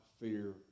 fear